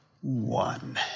one